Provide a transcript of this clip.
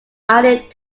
added